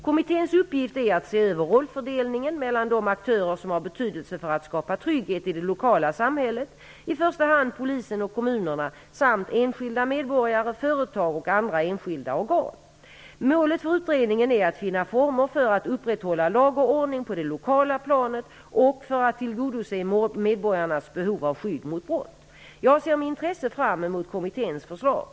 Kommitténs uppgift är att se över rollfördelningen mellan de aktörer som har betydelse för att skapa trygghet i det lokala samhället, i första hand polisen och kommunerna samt enskilda medborgare, företag och andra enskilda organ. Målet för utredningen är att finna former för att upprätthålla lag och ordning på det lokala planet och för att tillgodose medborgarnas behov av skydd mot brott. Jag ser med intresse fram emot kommitténs förslag.